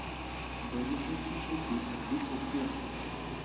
बडीशेपची शेती अगदी सोपी आहे